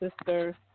sister